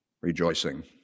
rejoicing